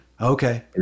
Okay